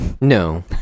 no